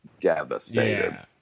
devastated